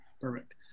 perfect